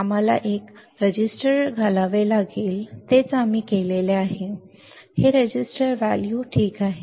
आम्हाला एक रेझिस्टर घालावे लागेल तेच आम्ही केले आहे आम्ही एक रेझिस्टर घातला आहे आणि हे रेझिस्टर व्हॅल्यू ठीक आहे